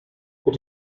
but